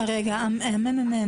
אני שואלת את הממ"מ,